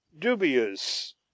dubious